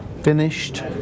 Finished